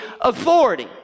authority